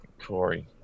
Corey